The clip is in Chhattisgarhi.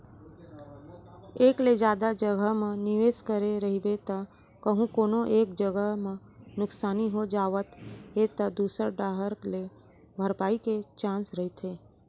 एक ले जादा जघा म निवेस करे रहिबे त कहूँ कोनो एक जगा म नुकसानी हो जावत हे त दूसर डाहर ले भरपाई के चांस रहिथे